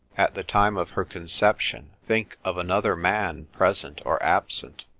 at the time of her conception think of another man present or absent,